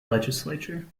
legislature